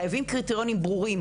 חייבים קריטריונים ברורים,